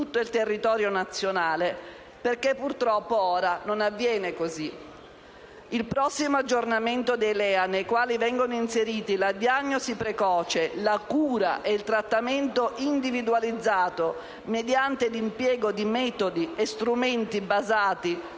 Il prossimo aggiornamento dei LEA, nei quali vengono inseriti la diagnosi precoce, la cura e il trattamento individualizzato mediante l'impiego di metodi e strumenti basati